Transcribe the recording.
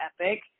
Epic